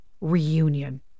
reunion